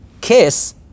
kiss